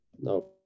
No